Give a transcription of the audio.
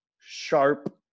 sharp